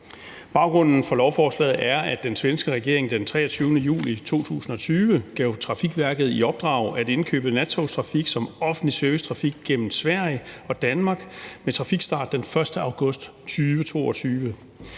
Baggrunden for lovforslaget er, at den svenske regering den 23. juli 2020 gav Trafikverket i opdrag at indkøbe nattogstrafik som offentlig servicetrafik gennem Sverige og Danmark med trafikstart den 1. august 2022.